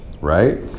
right